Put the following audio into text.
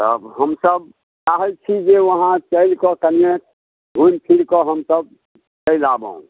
तब हमसब चाहै छी जे वहाँ चलिकऽ कनियें घुमि फिरि कऽ हमसब चलि आबौं